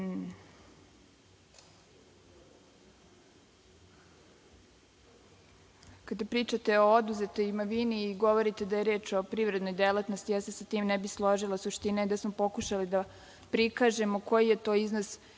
pričate o oduzetoj imovini i govorite da je reč o privrednoj delatnosti, sa tim se ne bih složila. Suština je da smo pokušali da prikažemo koji je to iznos